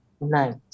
night